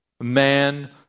man